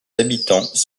habitants